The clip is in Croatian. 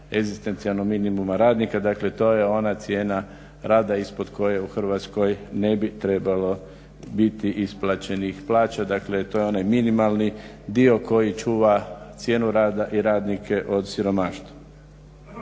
egzistencijalnog minimuma radnika. Dakle, to je ona cijena rada ispod koje u Hrvatskoj ne bi trebalo biti isplaćenih plaća. Dakle, to je onaj minimalni dio koji čuva cijenu rada i radnike od siromaštva.